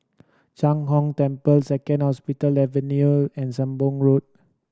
Sheng Hong Temple Second Hospital Avenue and Sembong Road